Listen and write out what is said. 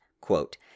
quote